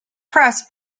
press